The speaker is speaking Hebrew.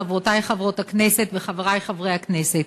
חברותי חברות הכנסת וחברי חברי הכנסת,